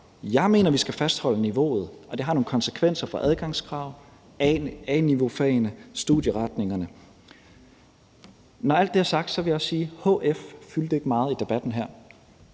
Jeg mener, at vi skal fastholde niveauet, og at det har nogle konsekvenser for adgangskrav, A-niveaufagene og studieretningerne. Når alt det er sagt, vil jeg også sige, at hf ikke fyldte meget i debatten her.